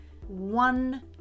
One